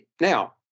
Now